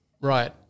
Right